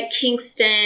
Kingston